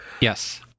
Yes